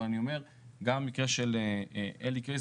אבל אני אומר גם במקרה של אלי קיי,